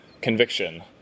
conviction